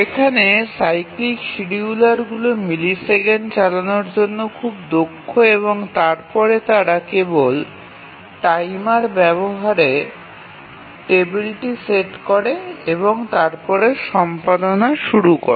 এখানে সাইক্লিক শিডিয়ুলারগুলি মিলিসেকেন্ড চালানোর জন্য খুব দক্ষ এবং তারপরে তারা কেবল টাইমার বাবহারের টেবিলটি সেট করে এবং তারপরে সম্পাদনা শুরু করে